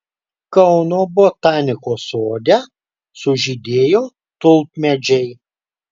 kauno botanikos sode sužydėjo tulpmedžiai